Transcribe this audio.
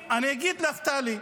כי אחד התנאים, אני אגיד לך, טלי.